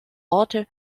orte